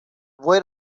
voi